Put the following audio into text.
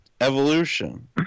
evolution